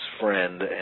friend